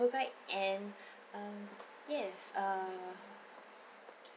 tour guide and um yes err